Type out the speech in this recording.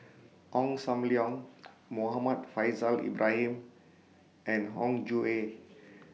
Ong SAM Leong Muhammad Faishal Ibrahim and Hong Jue